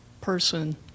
person